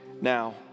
now